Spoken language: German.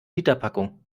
literpackung